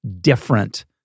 different